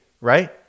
right